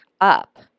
up